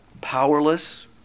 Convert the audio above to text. powerless